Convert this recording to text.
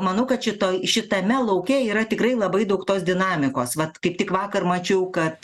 manau kad šito šitame lauke yra tikrai labai daug tos dinamikos vat kaip tik vakar mačiau kad